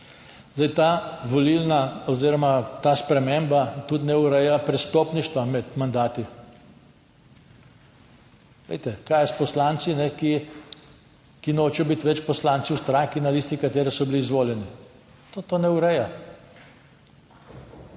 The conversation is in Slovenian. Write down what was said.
Zdaj ta volilna oziroma ta sprememba tudi ne ureja prestopništva med mandati. Glejte, kaj je s poslanci, ki nočejo biti več poslanci v stranki, na listi katere so bili izvoljeni? To ne ureja.